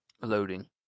loading